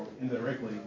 indirectly